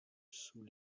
sous